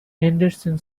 henderson